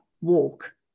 walk